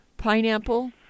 Pineapple